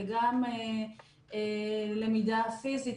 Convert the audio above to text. וגם על למידה פיזית